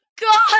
God